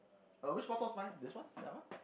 but which photo's mine this one that one